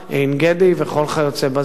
עין-גדי וכל כיוצא בזה.